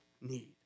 need